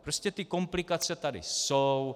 Prostě komplikace tady jsou.